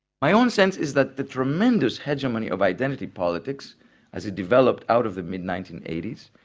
my own sense is that the tremendous hegemony of identity politics as it developed out of the mid nineteen eighty s,